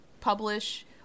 publish